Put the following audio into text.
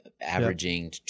averaging